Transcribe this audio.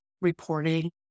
reporting